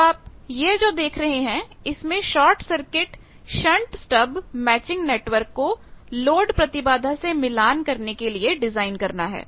अब आप यह जो देख रहे हैं इसमें short circuit shunt stub matching network को लोड प्रतिबाधा से मिलान करने के लिए डिजाइन करना है